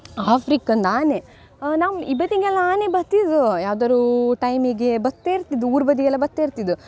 African ಆನೆ ನಮ್ಮ ಈ ಬದಿಗೆಲ್ಲ ಆನೆ ಬತ್ತಿದು ಯಾವ್ದಾದ್ರೂ ಟೈಮಿಗೆ ಬತ್ತೇ ಇರ್ತಿದ್ದು ಊರ ಬದಿಗೆಲ್ಲ ಬತ್ತೆ ಇರ್ತಿದ್ದು